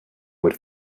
would